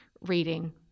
reading